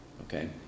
Okay